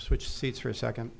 switch seats for a second